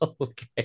Okay